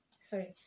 sorry